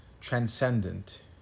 transcendent